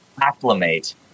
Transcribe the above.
acclimate